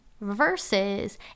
versus